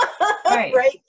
right